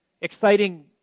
exciting